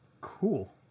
Cool